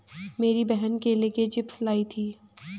मेरी बहन केले के चिप्स लाई थी